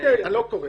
אוקיי, לא אקרא.